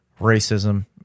racism